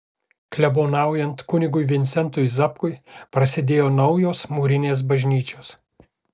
klebonaujant kunigui vincentui zapkui prasidėjo naujos mūrinės bažnyčios